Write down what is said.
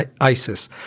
ISIS